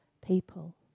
people